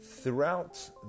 Throughout